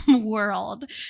world